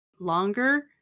longer